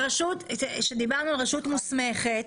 רשות מוסמכת,